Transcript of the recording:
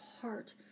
heart